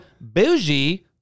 bougie